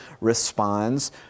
responds